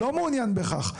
לא מעוניין בכך.